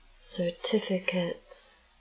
certificates